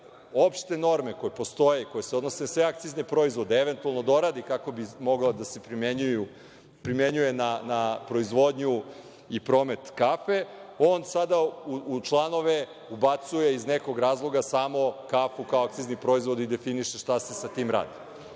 opšte norme koje postoje i koje se odnose na sve akcizne proizvode, eventualno doradi kako bi mogao da se primenjuje na proizvodnju i promet kafe, on sada u članove ubacuje iz nekog razloga samo kafu kao akcizni proizvod i definiše šta se sa tim radi. Iz